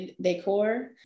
decor